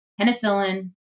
penicillin